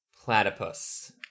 platypus